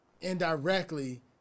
indirectly